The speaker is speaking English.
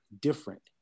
different